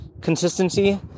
consistency